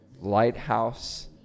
Lighthouse